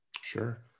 sure